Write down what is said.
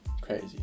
Crazy